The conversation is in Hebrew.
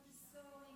מונטסוריים,